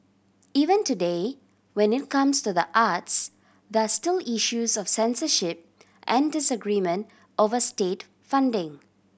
even today when it comes to the arts there are still issues of censorship and disagreement over state funding